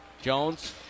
Jones